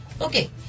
Okay